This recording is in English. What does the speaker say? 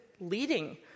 leading